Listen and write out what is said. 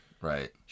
Right